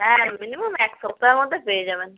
হ্যাঁ মিনিমাম এক সপ্তাহর মধ্যে পেয়ে যাবেন